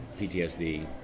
PTSD